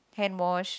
hand wash